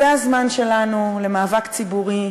זה הזמן שלנו למאבק ציבורי,